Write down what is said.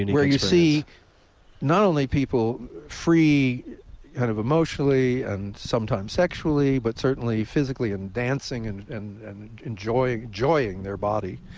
where you see not only people free kind of emotionally and sometimes sexually but certainly physically and dancing and and enjoying enjoying their body.